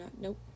nope